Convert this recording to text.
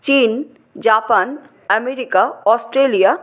চীন Japan America Australia